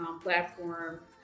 platform